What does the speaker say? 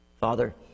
Father